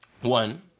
One